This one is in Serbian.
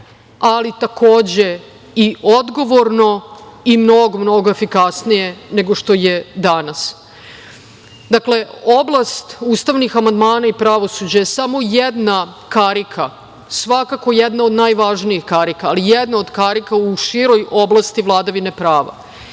ali takođe i odgovorno i mnogo, mnogo efikasnije nego što je danas. Oblast ustavnih amandmana i pravosuđe je samo jedna karika, svakako jedna od najvažnijih karika, ali jedna od karika u široj oblasti vladavine prava